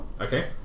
Okay